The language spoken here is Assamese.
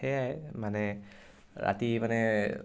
সেয়াই মানে ৰাতি মানে